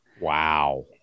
wow